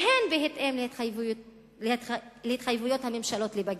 והן בהתאם להתחייבויות הממשלות לבג"ץ.